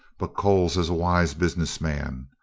but coles is a wise business man.